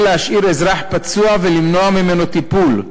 להשאיר אזרח פצוע ולמנוע ממנו טיפול,